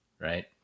Right